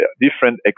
different